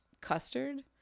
custard